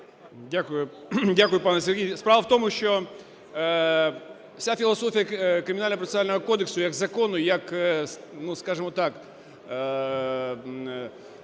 дякую, пане Сергій. Справа в тому, що вся філософія Кримінально-процесуального кодексу як закону, як, ну, скажемо так,